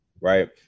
right